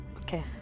Okay